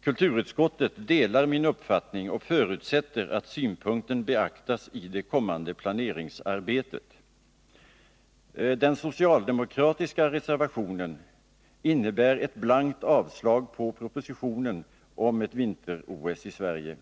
Kulturutskottet delar min uppfattning och förutsätter att synpunkten beaktas i det kommande planeringsarbetet. Den socialdemokratiska reservationen innebär ett blankt avslag på propositionen om ett vinter-OS i Sverige.